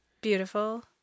beautiful